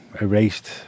erased